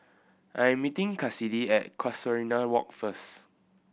I am meeting Kassidy at Casuarina Walk first